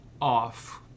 off